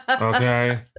okay